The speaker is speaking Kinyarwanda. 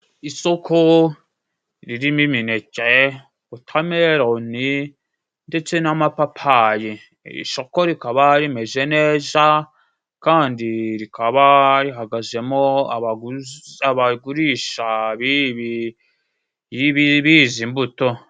Isoko ririmo imineke, wotameroni ndetse n'amapapayi, isoko rikaba rimeze neza kandi rikaba rihagazemo abagurisha b'izi mbuto.